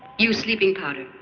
use sleeping powder.